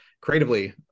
creatively